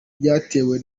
byatewe